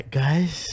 guys